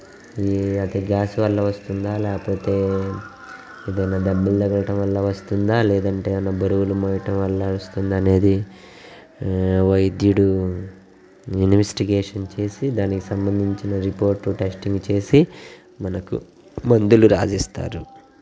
ఈ అది గ్యాస్ వల్ల వస్తుందా లేకపోతే ఏదన్నా దెబ్బలు తగలటం వల్ల వస్తుందా లేదంటే ఏమన్నా బరువులు మోయటం వల్ల వస్తుంది అనేది వైద్యుడు ఇన్వెస్టిగేషన్ చేసి దానికి సంబంధించిన రిపోర్టు టెస్టింగ్ చేసి మనకు మందులు రాసిస్తారు